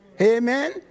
Amen